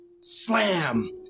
Slam